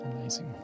Amazing